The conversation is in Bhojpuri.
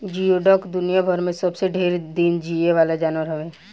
जियोडक दुनियाभर में सबसे ढेर दिन जीये वाला जानवर हवे